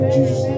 Jesus